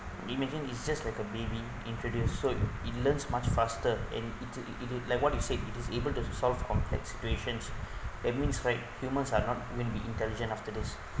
imagine it's just like a baby introduced so it learns much faster and it it is like what you said it is able to solve complex situations that means right humans are not going be intelligent after this